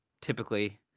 typically